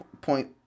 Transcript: point